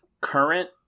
Current